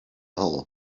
hole